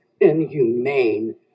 inhumane